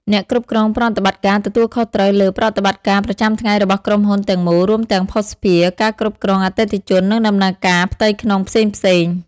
អ្នកគ្រប់គ្រងប្រតិបត្តិការ ទទួលខុសត្រូវលើប្រតិបត្តិការប្រចាំថ្ងៃរបស់ក្រុមហ៊ុនទាំងមូល រួមទាំងភស្តុភារ ការគ្រប់គ្រងអតិថិជន និងដំណើរការផ្ទៃក្នុងផ្សេងៗ។